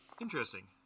Interesting